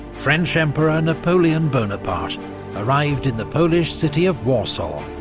french emperor napoleon bonaparte arrived in the polish city of warsaw,